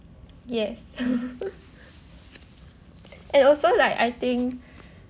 yes and also like I think